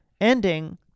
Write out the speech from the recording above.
ending